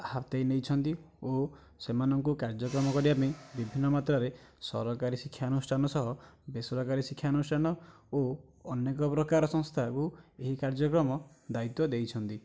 ହାତେଇ ନେଇଛନ୍ତି ଓ ସେମାନଙ୍କୁ କାର୍ଯ୍ୟକ୍ରମ କରାଇବା ପାଇଁ ବିଭିନ୍ନ ମତରେ ସରକାରୀ ଶିକ୍ଷାନୁଷ୍ଠାନ ସହ ବେସରକାରୀ ଶିକ୍ଷାନୁଷ୍ଠାନ ଓ ଅନେକ ପ୍ରକାର ସଂସ୍ଥାକୁ ଏହି କାର୍ଯ୍ୟକ୍ରମ ଦାୟିତ୍ଵ ଦେଇଛନ୍ତି